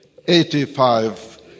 85